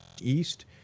East